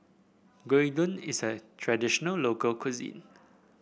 gyudon is a traditional local cuisine